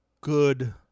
good